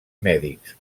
mèdics